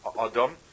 Adam